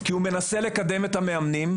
כי הוא מנסה לקדם את המאמנים,